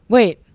Wait